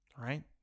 right